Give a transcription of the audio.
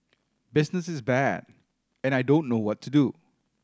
business is bad and I don't know what to do